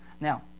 Now